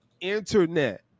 Internet